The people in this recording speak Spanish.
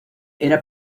era